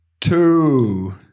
two